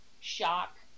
shock